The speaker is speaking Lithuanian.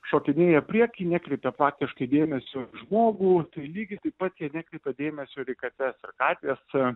šokinėja prieky nekreipia faktiškai dėmesio į žmogų tai lygiai taip pat jie nekreipia dėmesio ir į kates ir katės